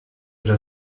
oder